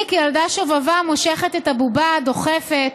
אני כילדה שובבה מושכת את הבובה, דוחפת,